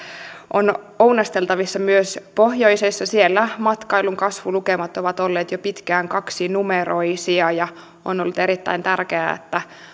on ounasteltavissa myös pohjoisessa siellä matkailun kasvulukemat ovat olleet jo pitkään kaksinumeroisia ja on ollut erittäin tärkeää että